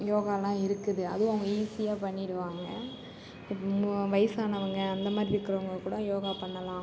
யோகாலாம் இருக்குது அதுவும் அவங்க ஈஸியாக பண்ணிடுவாங்க வயசானவங்க அந்தமாதிரி இருக்கிறவங்க கூட யோகா பண்ணலாம்